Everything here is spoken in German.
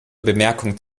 bemerkung